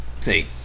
see